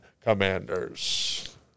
Commanders